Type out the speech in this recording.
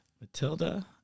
Matilda